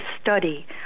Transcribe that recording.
study